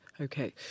Okay